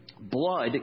blood